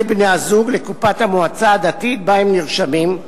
בני הזוג לקופת המועצה הדתית שבה הם נרשמים.